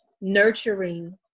nurturing